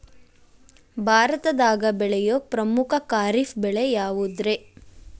ಭಾರತದಾಗ ಬೆಳೆಯೋ ಪ್ರಮುಖ ಖಾರಿಫ್ ಬೆಳೆ ಯಾವುದ್ರೇ?